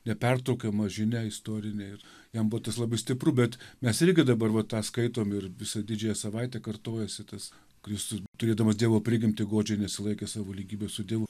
nepertraukiama žinia istorinė ir jam buvo tas labai stipru bet mes irgi dabar va tą skaitom ir visą didžiąją savaitę kartojasi tas kristus turėdamas dievo prigimtį godžiai nesilaikė savo lygybės su dievu